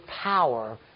power